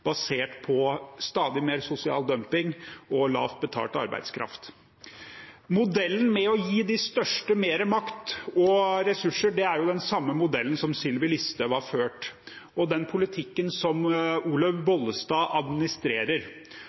basert på stadig mer sosial dumping og lavt betalt arbeidskraft. Modellen med å gi de største mer makt og ressurser er jo den samme modellen som Sylvi Listhaug førte, og den politikken som Olaug Bollestad administrerer.